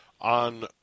on